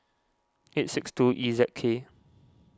eight six two E Z K